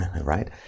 right